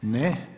Ne.